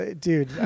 dude